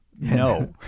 no